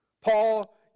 Paul